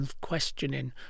Questioning